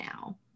now